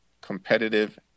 competitive